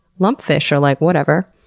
lumpfish are like, whatever.